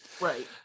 right